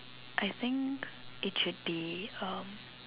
I think it should be um